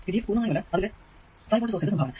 ഈ V x പൂർണമായും അല്ല അതിലെ 5 വോൾട് സോഴ്സിന്റെ സംഭാവന